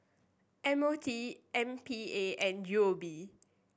M O T M P A and U O B